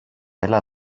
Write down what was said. έλα